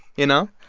you know,